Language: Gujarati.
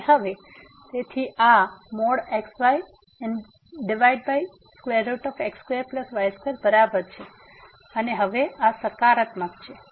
અને હવે તેથી આ xyx2y2 બરાબર છે અને હવે આ સકારાત્મક છે